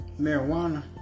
marijuana